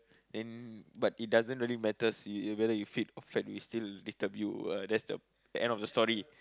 in but it doesn't really matters you whether you fit or fat we still disturb you uh that's the end of the story